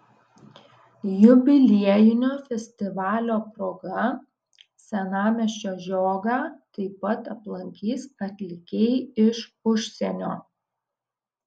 jubiliejinio festivalio proga senamiesčio žiogą taip pat aplankys atlikėjai iš užsienio